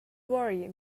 worry